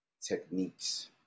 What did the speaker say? techniques